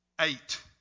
Eight